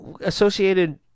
Associated